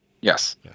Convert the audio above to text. Yes